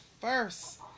first